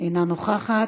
אינה נוכחת,